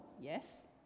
yes